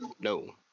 no